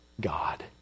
God